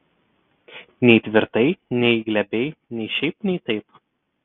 nei tvirtai nei glebiai nei šiaip nei taip